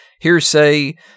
hearsay